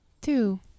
Two